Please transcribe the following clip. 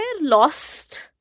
lost